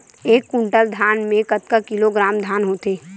एक कुंटल धान में कतका किलोग्राम धान होथे?